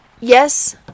yes